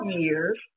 years